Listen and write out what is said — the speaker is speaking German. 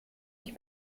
die